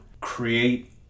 create